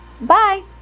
bye